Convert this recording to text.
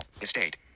estate